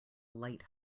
light